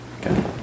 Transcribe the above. Okay